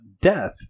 death